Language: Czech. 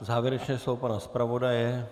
Závěrečné slovo pana zpravodaje.